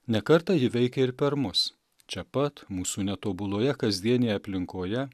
ne kartą ji veikia ir per mus čia pat mūsų netobuloje kasdienėje aplinkoje